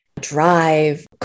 drive